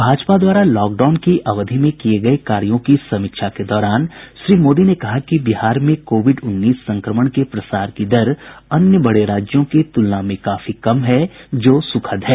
भाजपा द्वारा लॉकडाउन की अवधि में किये गये कार्यों की समीक्षा के दौरान श्री मोदी ने कहा कि बिहार में कोविड उन्नीस संक्रमण के प्रसार की दर अन्य बड़े राज्यों की तुलना में काफी कम है जो सुखद है